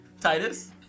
Titus